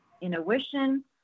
intuition